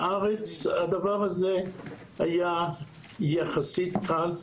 בארץ, הדבר הזה היה יחסית קל.